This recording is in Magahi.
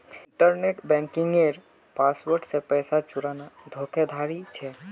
इन्टरनेट बन्किंगेर पासवर्ड से पैसा चुराना धोकाधाड़ी छे